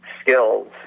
skills